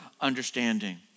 understanding